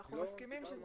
אנחנו מסכימים.